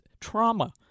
trauma